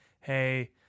hey